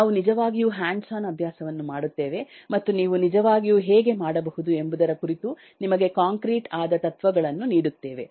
ನಾವು ನಿಜವಾಗಿಯೂ hands on ಅಭ್ಯಾಸವನ್ನು ಮಾಡುತ್ತೇವೆ ಮತ್ತು ನೀವು ನಿಜವಾಗಿಯೂ ಹೇಗೆ ಮಾಡಬಹುದು ಎಂಬುದರ ಕುರಿತು ನಿಮಗೆ ಕಾಂಕ್ರೀಟ್ ಆದ ತತ್ವಗಳನ್ನು ನೀಡುತ್ತೇವೆ